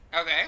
Okay